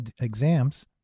exams